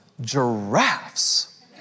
Giraffes